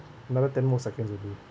another ten more seconds already